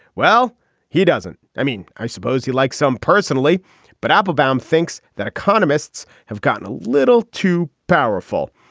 well he doesn't. i mean i suppose he like some personally but appelbaum thinks that economists have gotten a little too powerful.